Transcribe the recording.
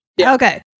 Okay